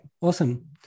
awesome